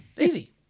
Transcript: easy